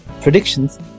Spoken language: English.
predictions